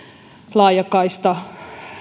laajakaistasta